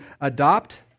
adopt